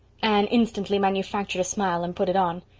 anne instantly manufactured a smile and put it on.